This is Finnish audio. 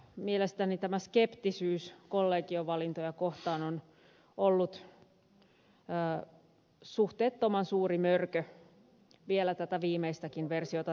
mielestäni tämä skeptisyys kollegiovalintoja kohtaan on ollut suhteettoman suuri mörkö vielä tätä viimeistäkin versiota tehtäessä